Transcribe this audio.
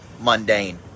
mundane